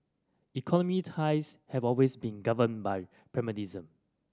economic ties have always been governed by pragmatism